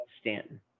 Stanton